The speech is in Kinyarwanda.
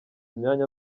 imyanya